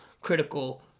critical